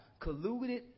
colluded